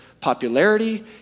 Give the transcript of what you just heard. popularity